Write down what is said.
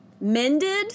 mended